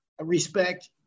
respect